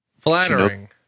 Flattering